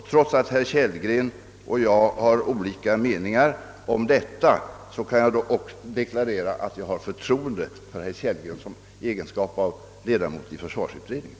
Trots att herr Kellgren och jag har olika meningar om detta kan jag deklarera att jag även har förtroende för herr Kellgren som ledamot av försvarsutredningen.